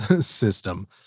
system